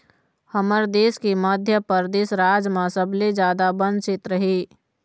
हमर देश के मध्यपरेदस राज म सबले जादा बन छेत्र हे